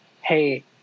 hey